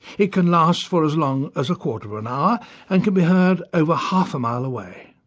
it can last for as long as a quarter of an hour and can be heard over half a mile away.